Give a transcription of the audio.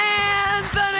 Anthony